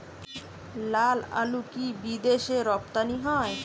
লালআলু কি বিদেশে রপ্তানি হয়?